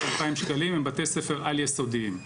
2,000 שקלים הם בתי ספר על יסודיים,